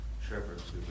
shepherds